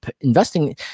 investing